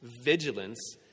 vigilance